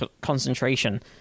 concentration